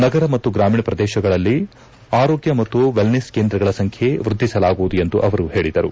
ನಗರ ಮತ್ತು ಗ್ರಾಮೀಣ ಪ್ರದೇಶಗಳಲ್ಲಿ ಆರೋಗ್ಯ ಮತ್ತು ವೆಲ್ನೆಸ್ ಕೇಂದ್ರಗಳ ಸಂಖ್ಯೆ ವೃದ್ಧಿಸಲಾಗುವುದು ಎಂದು ಅವರು ಹೇಳಿದರು